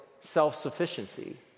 self-sufficiency